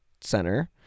Center